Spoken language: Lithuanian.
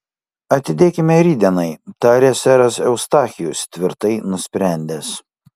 atidėkime rytdienai tarė seras eustachijus tvirtai nusprendęs